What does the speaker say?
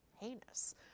heinous